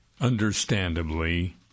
understandably